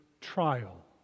trial